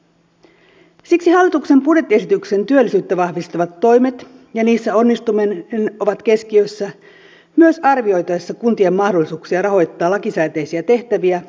siksi hallituksen budjettiesityksen työllisyyttä vahvistavat toimet ja niissä onnistuminen ovat keskiössä myös arvioitaessa kuntien mahdollisuuksia rahoittaa lakisääteisiä tehtäviä ja tarpeellisia investointeja